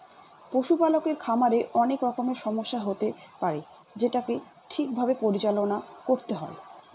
পশুপালকের খামারে অনেক রকমের সমস্যা হতে পারে যেটাকে ঠিক ভাবে পরিচালনা করতে হয়